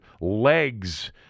legs